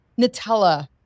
Nutella